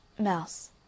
Mouse